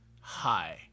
hi